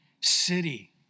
city